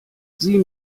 sieh